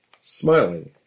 Smiling